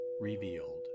revealed